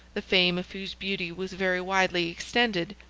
the fame of whose beauty was very widely extended,